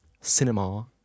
cinema